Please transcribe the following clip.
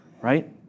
right